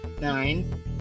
Nine